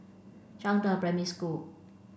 Zhangde Primary School